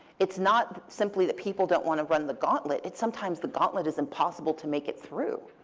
it's not simply that people don't want to run the gauntlet. it's sometimes the gauntlet is impossible to make it through.